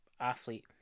athlete